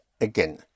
Again